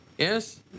Yes